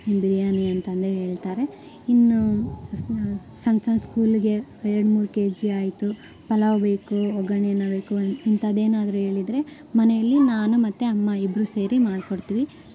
ನಿಮ್ಮ ಬಿರಿಯಾನಿ ಅಂತಂದು ಹೇಳ್ತಾರೆ ಇನ್ನೂ ಸಣ್ಣ ಸಣ್ಣ ಸ್ಕೂಲಿಗೆ ಎರಡು ಮೂರು ಕೆಜಿ ಆಯಿತು ಪಲಾವ್ ಬೇಕು ಒಗ್ಗರಣೆ ಅನ್ನ ಬೇಕು ಅನ್ನ ಇಂಥದೇನಾದ್ರು ಹೇಳಿದ್ರೆ ಮನೆಯಲ್ಲಿ ನಾನು ಮತ್ತು ಅಮ್ಮ ಇಬ್ಬರೂ ಸೇರಿ ಮಾಡಿಕೊಡ್ತೀವಿ